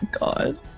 God